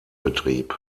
betrieb